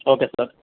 okay sir